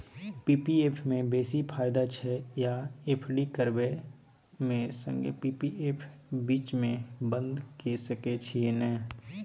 P P F म बेसी फायदा छै या एफ.डी करबै म संगे पी.पी एफ बीच म बन्द के सके छियै न?